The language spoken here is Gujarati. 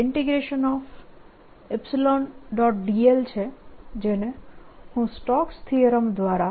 dl છે જેને હું સ્ટોક્સ થીયરમ દ્વારા